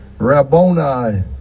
Rabboni